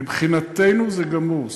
מבחינתנו זה גמור.